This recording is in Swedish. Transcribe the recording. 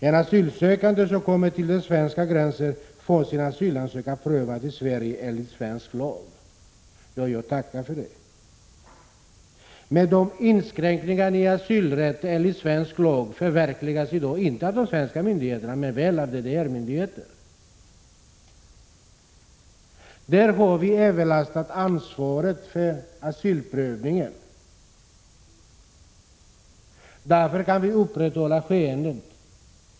En asylsökande som kommer till den svenska gränsen får sin asylansökan prövad i Sverige enligt svensk lag.” Ja, jag tackar för det! Inskränkningarna i asylrätten enligt svensk lag förverkligas i dag inte av de svenska myndigheterna, men väl av DDR:s myndigheter. Där har Sverige överlastat ansvaret för asylprövningen, och därför kan vi upprätthålla skenet.